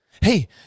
Hey